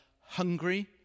hungry